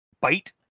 bite